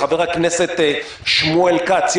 חבר הכנסת שמואל כץ,